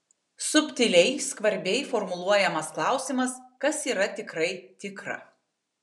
subtiliai skvarbiai formuluojamas klausimas kas yra tikrai tikra